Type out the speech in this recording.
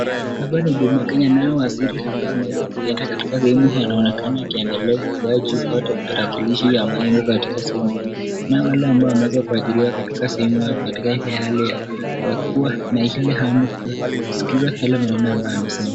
Hapa ni huduma Kenya naye waziri ambaye ameweza kuiweka katika sehemu hii anaonekana akiangalia kifaa juu, tarakilishi ambayo ik katika sehemu hii, naye wale ambao wameweza kuajiriwa katika sehemu hii katika ile hali ya kuwa na ile hamu kuskiza yale maneno ambayo anasema.